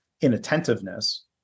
inattentiveness